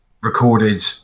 recorded